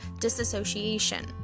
disassociation